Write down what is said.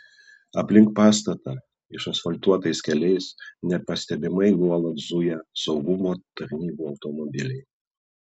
aplink pastatą išasfaltuotais keliais nepastebimai nuolat zuja saugumo tarnybų automobiliai